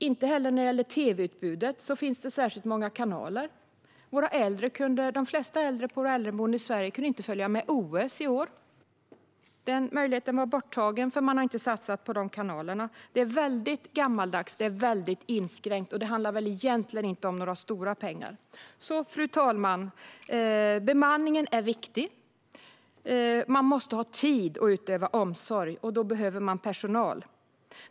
Inte heller i tv-utbudet finns särskilt många kanaler. De flesta äldre på äldreboendena i Sverige kunde inte följa OS i år. Den möjligheten var borta eftersom boendena inte hade satsat på de kanalerna. Det är gammaldags och inskränkt, och det handlar egentligen inte om några stora pengar. Fru talman! Bemanningen är viktig, och det måste finnas tid att utöva omsorg. Då behövs personal.